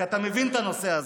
כי אתה מבין את הנושא הזה.